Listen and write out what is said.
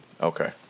Okay